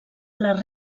les